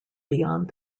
beyond